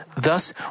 Thus